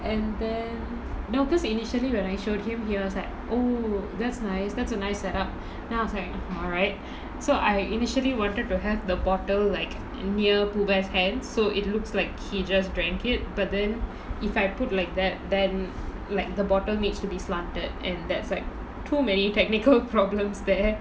and then no because initially when I showed him he was like oh that's nice that's a nice set up then I was like alright so I initially wanted to have the bottle like near pooh bear's hand so it looks like he just drank it but then if I put like that then like the bottle needs to be slanted and that's like too many technical problems there